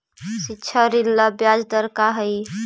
शिक्षा ऋण ला ब्याज दर का हई?